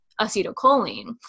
acetylcholine